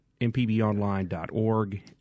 mpbonline.org